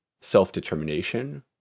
Self-determination